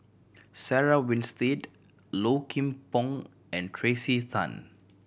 Sarah Winstedt Low Kim Pong and Tracey Tan